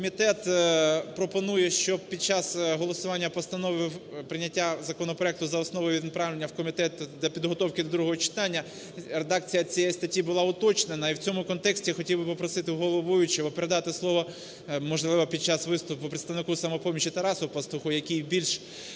комітет пропонує, щоб під час голосування постанови прийняття законопроекту за основу і направлення в комітет для підготовки до другого читання редакція цієї статті була уточнена. І в цьому контексті хотів би попросити головуючого передати слово, можливо, під час виступу представнику "Самопомочі" Тарасу Пастуху, який більш